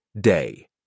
DAY